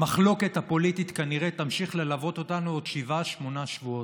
המחלוקת הפוליטית כנראה תמשיך ללוות אותנו עוד שבעה-שמונה שבועות,